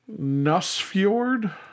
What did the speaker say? Nussfjord